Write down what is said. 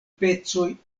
pecoj